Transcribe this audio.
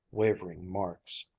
wavering marks.